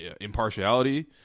impartiality